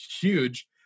huge